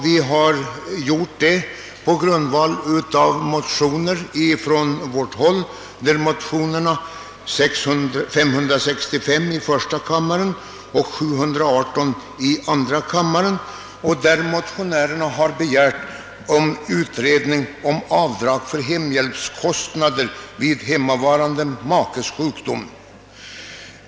Vi har gjort det på grundval av motionerna I:565 och II: 718, vari några centerpartister begärt utredning om avdrag för hemhjälpskostnader vid hemmavarande makes sjukdom.